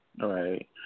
right